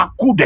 akude